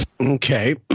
Okay